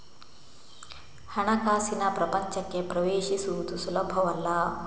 ಹಣಕಾಸಿನ ಪ್ರಪಂಚಕ್ಕೆ ಪ್ರವೇಶಿಸುವುದು ಸುಲಭವಲ್ಲ